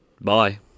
Bye